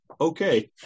okay